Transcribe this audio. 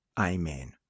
Amen